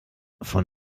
von